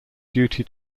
duty